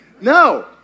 no